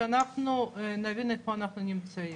שאנחנו נבין איפה אנחנו נמצאים.